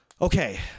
okay